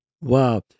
Wow